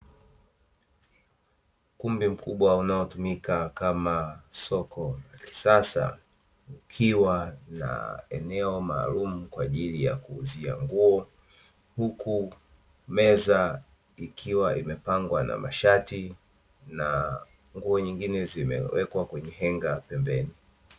Ukumbi mkubwa unaotumika kama soko la kisasa, ukiwa na eneo maalumu kwa ajili ya kuuzia nguo, huku meza ikiwa imepangwa na mashati, na nguo nyingine zimewekwa kwenye henga pembeni.